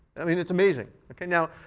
i mean, it's amazing. ok now,